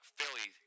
Philly